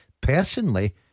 personally